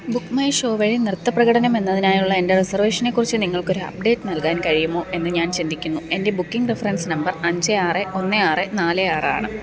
book My Show വഴി നൃത്ത പ്രകടനം എന്നതിനായുള്ള എൻ്റെ റിസർവേഷനെക്കുറിച്ച് നിങ്ങൾക്കൊരു അപ്ഡേറ്റ് നൽകാൻ കഴിയുമോ എന്നു ഞാൻ ചിന്തിക്കുന്നു എൻ്റെ ബുക്കിംഗ് റഫറൻസ് നമ്പർ അഞ്ച് ആറ് ഒന്ന് ആറ് നാല് ആറാണ്